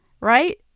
Right